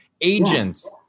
agents